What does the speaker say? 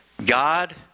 God